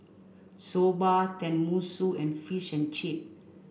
Soba Tenmusu and Fish and Chip